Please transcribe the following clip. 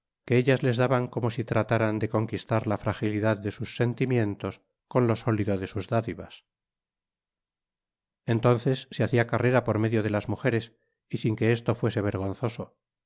que ehas les daban como si trataran de conquistar la fragilidad de sus sentimientos con k sólido de sus dádivas entonces se hacia carrera por medio de las mujeres y sin que esto fuese vergonzoso